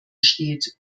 steht